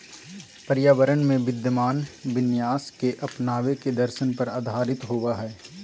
पर्यावरण में विद्यमान विन्यास के अपनावे के दर्शन पर आधारित होबा हइ